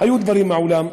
היו דברים מעולם,